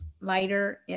lighter